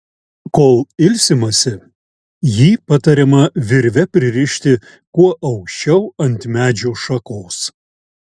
kol ilsimasi jį patariama virve pririšti kuo aukščiau ant medžio šakos